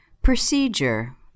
Procedure